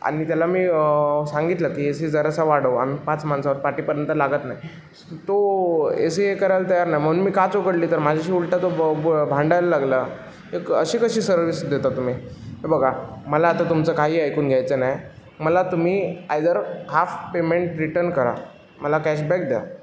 आणि त्याला मी सांगितलं की ए सी जरासा वाढव आम्ही पाच माणसं आहोत पाठीपर्यंत लागत नाही स तो ए सी हे करायला तयार नाही म्हणून मी काच उघडली तर माझ्याशी उलटा तो बो बो भांडायला लागला क अशी कशी सर्व्हिस देता तुम्ही बघा मला आता तुमचं काही ऐकून घ्यायचं नाही मला तुमी आयदर हाफ पेमेंट रिटन करा मला कॅशबॅक द्या